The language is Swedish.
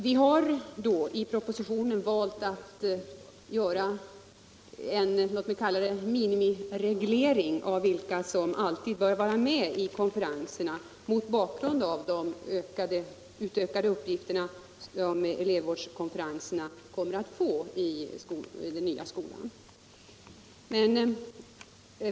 Vi har då i propositionen valt att göra en ”minimireglering” av vilka som alltid bör vara med i konferenserna med hänsyn till de utökade uppgifter som elevvårdskonferenserna kommer att få.